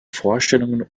vorstellungen